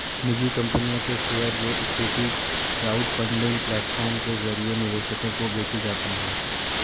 निजी कंपनियों के शेयर जो इक्विटी क्राउडफंडिंग प्लेटफॉर्म के जरिए निवेशकों को बेचे जाते हैं